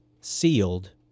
sealed